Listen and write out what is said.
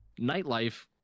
nightlife